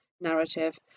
narrative